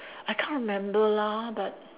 I can't remember lah but